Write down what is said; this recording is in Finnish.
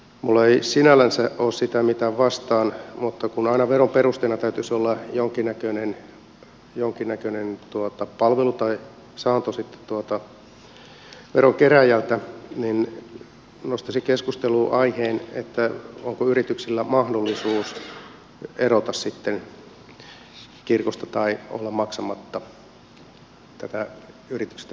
minulla ei sinällänsä ole mitään sitä vastaan mutta kun aina veron perusteena täytyisi olla jonkin näköinen palvelu tai saanto sitten veron kerääjältä niin nostaisin keskusteluun aiheen onko yrityksillä mahdollisuus erota kirkosta tai olla maksamatta tätä yrityksiltä perittävää kirkollisveroa